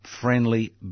friendly